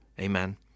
Amen